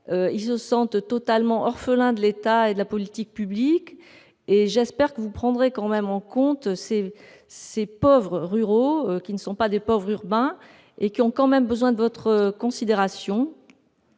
Ils se sentent totalement orphelins de l'État et des politiques publiques. J'espère que vous prendrez quand même en compte ces pauvres ruraux. S'ils ne sont pas des pauvres urbains, ils ont quand même besoin de votre considération